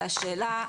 והשאלה,